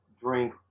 drink